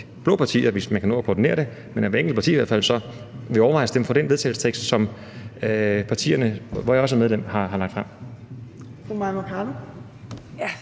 blå partier, hvis man kan nå at koordinere det, men ellers at hvert enkelt parti i hvert fald vil overveje at stemme for det forslag til vedtagelse, som partierne, hvor jeg også er medlem, har fremsat.